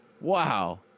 Wow